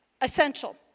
Essential